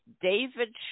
David